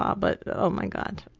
ah but, oh my god.